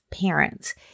parents